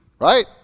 Right